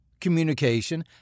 communication